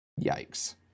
Yikes